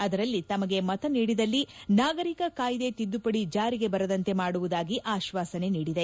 ಅದರಲ್ಲಿ ತಮಗೆ ಮತ ನೀಡಿದಲ್ಲಿ ನಾಗರಿಕ ಕಾಯ್ದೆ ತಿದ್ನುಪಡಿ ಜಾರಿಗೆ ಬರದಂತೆ ಮಾಡುವುದಾಗಿ ಆಶ್ವಾಸನೆ ನೀಡಿದೆ